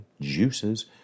juices